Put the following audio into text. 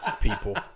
People